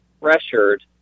pressured